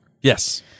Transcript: Yes